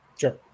Sure